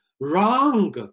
wrong